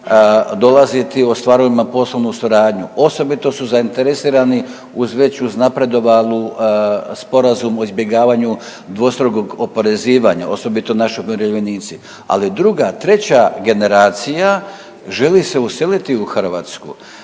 dolaziti ostvariti poslovnu suradnju, osobito su zainteresirani uz veću uznapredovanu sporazum o izbjegavanju dvostrukog oporezivanja osobito naši umirovljenici, ali druga treća generacija želi se useliti u Hrvatsku.